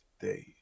days